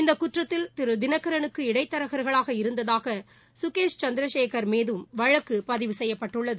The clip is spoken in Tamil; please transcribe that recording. இந்த குற்றத்தில் திரு தினகரனுக்கு இடைத்தரகர்களாக இருந்ததாக சுகேஷ் சந்திரசேகர் மீதும் வழக்கு பதிவு செய்யப்பட்டுள்ளது